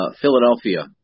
Philadelphia